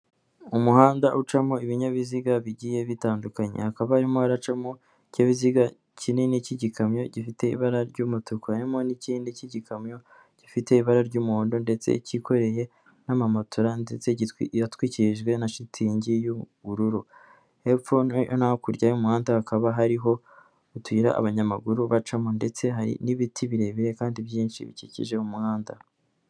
Umuhanda ucamo ibinyabiziga bigiye bitandukanye, hakaba harimo haracamo ikinyabiziga kinini cy'igikamyo gifite ibara ry'umutuku harimo n'ikindi cy'igikamyo gifite ibara ry'umuhondo ndetse cyikoreye n'amamatora ndetse yatwikirijwe na shitingi y'ubururu, hepfo no hakurya y'umuhanda hakaba hariho utuyira abanyamaguru bacamo ndetse hari n'ibiti birebire kandi byinshi bikikije umuhanda.